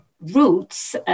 roots